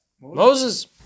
Moses